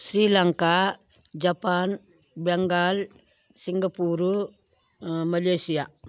Sri Lanka Japan Bengal Singapore Malaysia